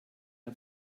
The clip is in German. der